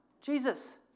Jesus